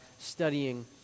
studying